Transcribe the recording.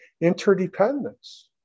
interdependence